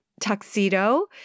tuxedo